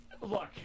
look